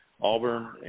Auburn